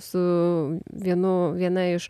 su vienu viena iš